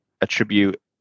attribute